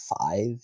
five